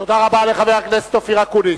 תודה רבה לחבר הכנסת אופיר אקוניס.